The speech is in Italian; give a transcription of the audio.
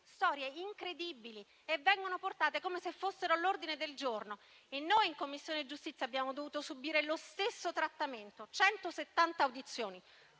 storie incredibili e vengono rappresentate come se fossero all'ordine del giorno. In Commissione giustizia noi abbiamo dovuto subire lo stesso trattamento: 170 audizioni